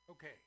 Okay